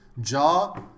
Jaw